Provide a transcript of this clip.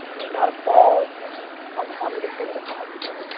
to not evolve on top of the thing that got you there.